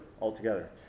altogether